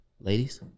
Ladies